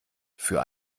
für